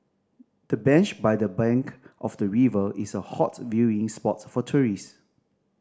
the bench by the bank of the river is a hot viewing spot for tourists